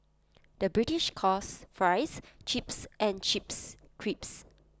the British calls Fries Chips and Chips Crisps